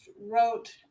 wrote